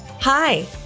Hi